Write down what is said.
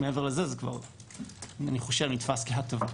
מעבר לזה זה כבר נתפס כהטבה.